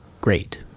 great